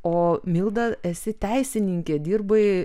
o milda esi teisininkė dirbai